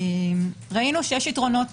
ראינו שיש יתרונות